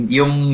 yung